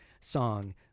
song